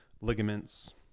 ligaments